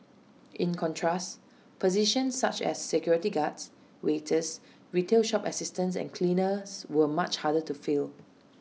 in contrast positions such as security guards waiters retail shop assistants and cleaners were much harder to fill